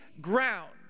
ground